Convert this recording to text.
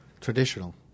traditional